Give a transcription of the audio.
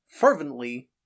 fervently